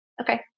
Okay